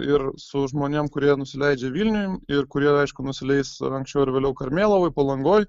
ir su žmonėm kurie nusileidžia vilniuj ir kurie aišku nusileis anksčiau ar vėliau karmėlavoj palangoj